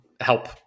help